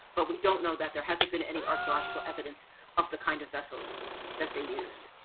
but we don't know that there hasn't been any archaeological evidence of the kind of vessels that they used.